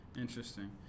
Interesting